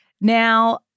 Now